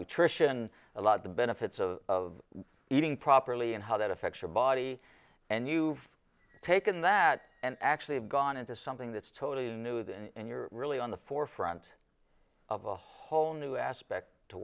nutrition a lot the benefits of eating properly and how that affects your body and you've taken that and actually gone into something that's totally nude and you're really on the forefront of a whole new aspect to